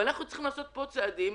ואנחנו צריכים לעשות פה צעדים,